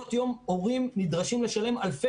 במעונות יום הורים נדרשים לשלם אלפי